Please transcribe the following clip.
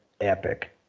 epic